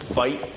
fight